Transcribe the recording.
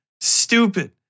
stupid